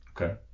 Okay